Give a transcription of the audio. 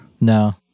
No